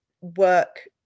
work